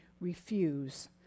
refuse